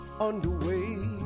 underway